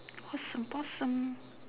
awesome possum